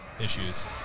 issues